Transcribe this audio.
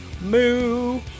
Moo